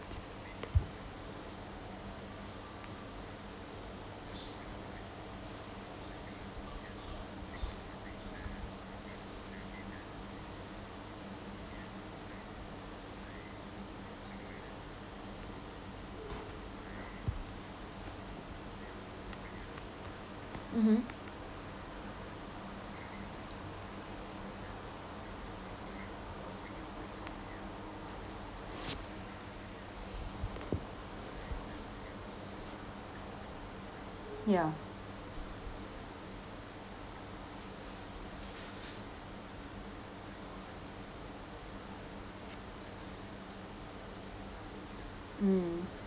mmhmm ya mm